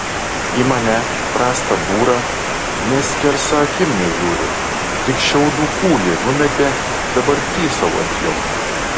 į mane prastą būrą nė skersa akim nežiūri tik šiaudų kūlį numetė dabar tysau ant jo